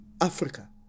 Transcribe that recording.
Africa